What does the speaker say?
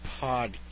podcast